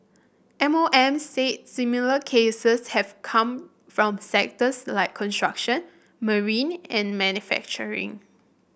M O M say similar cases have come from sectors like construction marine and manufacturing